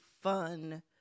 fun